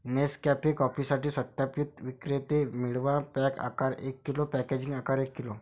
Nescafe कॉफीसाठी सत्यापित विक्रेते मिळवा, पॅक आकार एक किलो, पॅकेजिंग आकार एक किलो